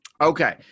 Okay